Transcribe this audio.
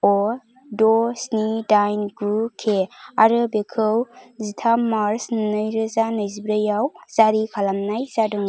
अ द' स्नि दाइन गु के आरो बेखौ जिथाम मार्च नैरोजा जिब्रैआव जारि खालामनाय जादोंमोन